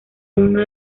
uno